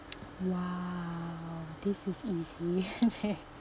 !wow! this is easy